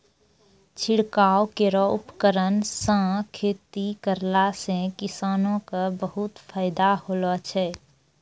छिड़काव केरो उपकरण सँ खेती करला सें किसानो क बहुत फायदा होलो छै